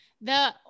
The-